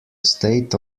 state